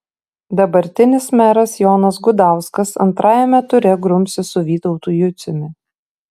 dabartinis meras jonas gudauskas antrajame ture grumsis su vytautu juciumi